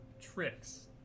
tricks